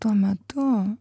tuo metu